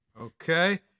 Okay